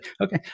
okay